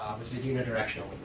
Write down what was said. which is unidrectional.